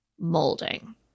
Molding